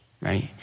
right